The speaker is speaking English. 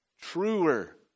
Truer